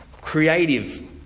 creative